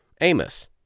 Amos